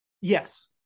Yes